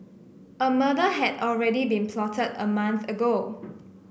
a murder had already been plotted a month ago